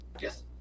yes